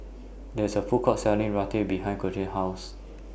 There IS A Food Court Selling Raita behind House